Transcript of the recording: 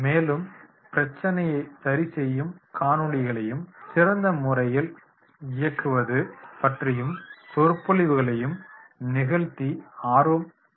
மேலும் பிரச்சனையை சரிசெய்யும் காணொளிகளையும் சிறந்த முறையில் இயக்குவது பற்றியும் சொற்பொழிவுகளையும் நிகழ்த்தி ஆர்வம் படுத்துகின்றனர்